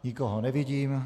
Nikoho nevidím.